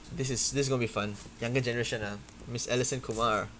this is this going to be fun younger generation ah miss allison kumar